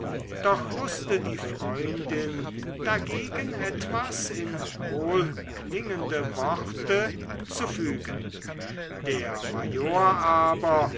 doch wußte die freundin dagegen etwas in wohlklingende worte zu fügen der major aber